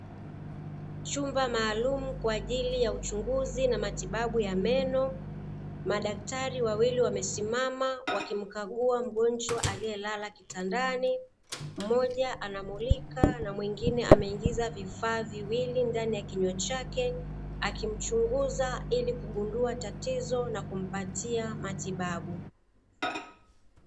Chumba maalumu kwa ajili ya uchunguzi na matibabu ya meno. Madaktari wawili wamesimama, wakimkagua mgonjwa aliyelala kitandani. Mmoja anamulika na mwingine ameingiza vifaa viwili ndani ya kinywa chake, akimchunguza ili kugundua tatizo na kumpatia matibabu.